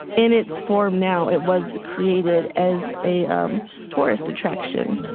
in its form now, it was created as a um tourist attraction